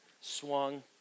swung